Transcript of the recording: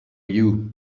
you